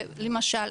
שלמשל,